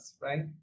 right